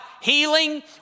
healing